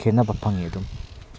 ꯈꯦꯠꯅꯕ ꯐꯪꯉꯤ ꯑꯗꯨꯝ